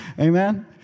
Amen